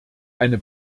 eine